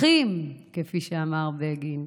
אחים, כפי שאמר בגין,